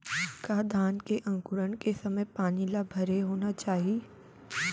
का धान के अंकुरण के समय पानी ल भरे होना चाही?